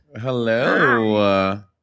Hello